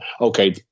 Okay